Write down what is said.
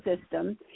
system